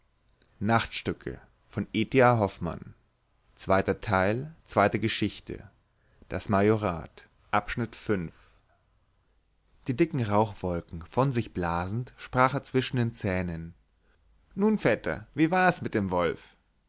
die dicken rauchwolken von sich blasend sprach er zwischen den zähnen nun vetter wie war es mit dem wolf